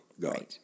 God